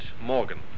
Morgan